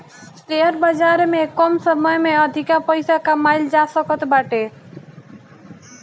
share बाजार में कम समय में अधिका पईसा कमाईल जा सकत बाटे